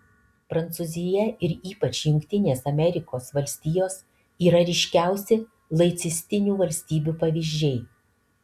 prancūzija ir ypač jungtinės amerikos valstijos yra ryškiausi laicistinių valstybių pavyzdžiai